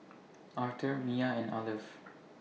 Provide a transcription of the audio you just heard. Arthor Miya and Arleth